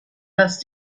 است